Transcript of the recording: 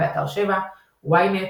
באתר ynet,